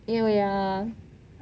anyway ya lah